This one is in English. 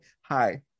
hi